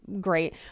great